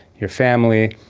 your family.